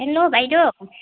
hello বাইদেউ